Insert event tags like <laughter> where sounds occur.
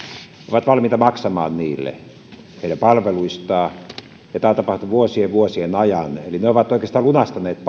ovat valmiita maksamaan niiden palveluista ja tämä on tapahtunut vuosien vuosien ajan ne ovat oikeastaan lunastaneet <unintelligible>